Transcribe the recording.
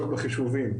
לעסוק בחישובים,